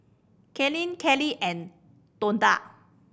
Kaylene Kelly and Tonda